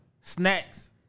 Snacks